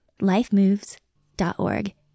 lifemoves.org